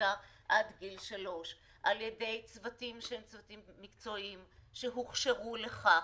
הלידה עד גיל שלוש על ידי צוותים שהם צוותים מקצועיים שהוכשרו לכך,